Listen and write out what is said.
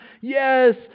Yes